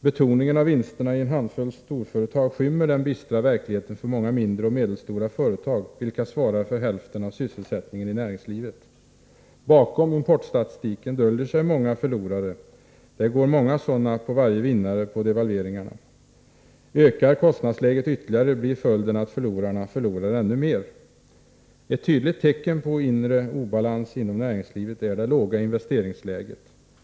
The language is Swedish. Betoningen av vinsterna i en handfull storföretag skymmer den bistra verkligheten för många mindre och medelstora företag, vilka svarar för hälften av sysselsättningen i näringslivet. Bakom importstatistiken döljer sig många förlorare. Det går många sådana på varje vinnare på devalveringarna. Ökar kostnadsläget ytterligare blir följden att förlorarna förlorar ännu mer. Ett tydligt tecken på inre obalans inom näringslivet är det låga investeringsläget.